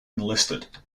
enlisted